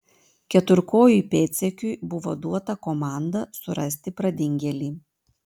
keturkojui pėdsekiui buvo duota komanda surasti pradingėlį